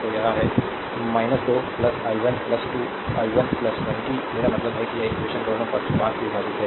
तो यह है 2 i 1 2 i 1 20 मेरा मतलब है कि यह इक्वेशन दोनों पक्ष 5 से विभाजित है